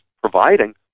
providing